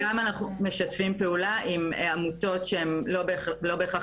אנחנו משתפים פעולה גם עם עמותות שהן לא בהכרח